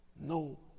no